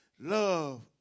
love